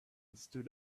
stood